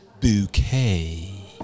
Bouquet